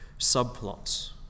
subplots